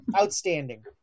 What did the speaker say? outstanding